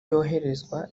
yoherezwa